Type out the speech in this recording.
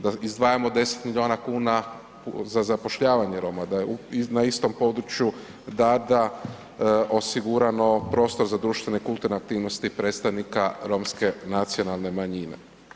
Da izdvajamo 10 milijuna kuna za zapošljavanje Roma, da je na istom području Darda osigurano, prostor za društvene, kulturne aktivnosti predstavnika Romske nacionalne manjine.